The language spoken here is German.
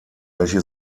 welche